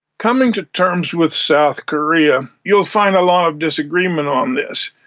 coming to terms with south korea, you'll find a lot of disagreement on this.